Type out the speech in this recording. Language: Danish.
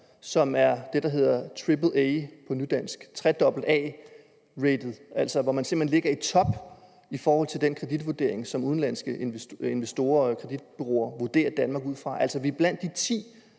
som er det, der på nudansk hedder AAA-rated? Man ligger altså simpelt hen i top i forhold til den kreditvurdering, som udenlandske investorer og kreditbureauer vurderer Danmark ud fra. Vi er blandt de ti